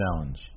Challenge